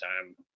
time